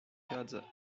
piazza